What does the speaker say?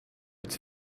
its